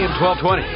1220